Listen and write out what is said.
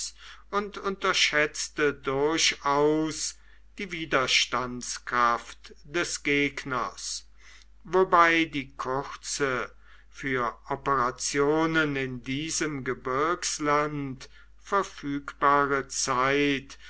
und unterschätzte durchaus die widerstandskraft des gegners wobei die kurze für operationen in diesem gebirgsland verfügbare zeit